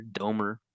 Domer